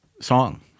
song